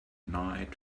night